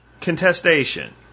contestation